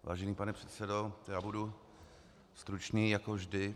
Vážený pane předsedo, já budu stručný jako vždy.